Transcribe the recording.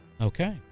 Okay